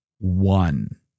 one